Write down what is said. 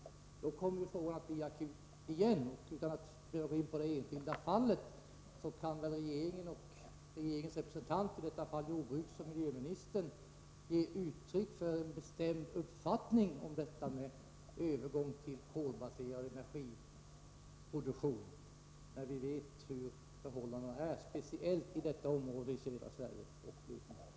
Då blir frågan återigen akut. Utan att behöva gå in på ett enskilt fall kan väl regeringen och regeringens representant — i detta fall jordbruksoch miljöministern — ge uttryck för en bestämd uppfattning om detta med övergång till kolbaserad energiproduktion, när vi vet hur förhållandena är, speciellt i Blekinge och södra Sverige i övrigt.